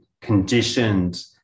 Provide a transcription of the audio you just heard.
conditioned